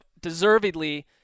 deservedly